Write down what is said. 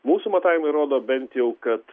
mūsų matavimai rodo bent jau kad